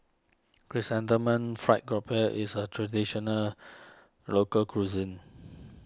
Chrysanthemum Fried Grouper is a Traditional Local Cuisine